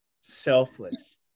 selfless